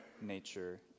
nature